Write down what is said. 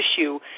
issue